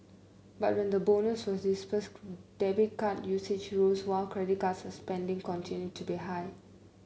but when the bonus was disbursed debit card usage rose while credit card spending continued to be high